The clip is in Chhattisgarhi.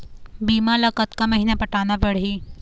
बीमा ला कतका महीना पटाना पड़ही?